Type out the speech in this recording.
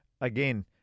again